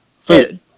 food